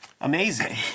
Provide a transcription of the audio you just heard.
Amazing